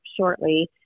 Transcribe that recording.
shortly